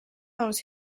those